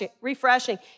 refreshing